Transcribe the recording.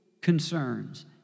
concerns